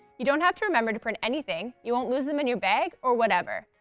you don't have to remember to print anything, you won't lose them in your bag, or whatever.